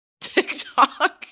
TikTok